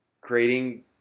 creating